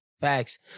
Facts